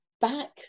back